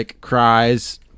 cries